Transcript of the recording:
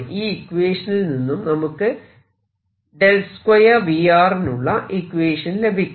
ഈ ഇക്വേഷനിൽ നിന്നും നമുക്ക് 2 V നുള്ള ഇക്വേഷൻ ലഭിക്കും